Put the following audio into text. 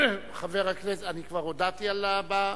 חבר הכנסת, אני כבר הודעתי על הבא?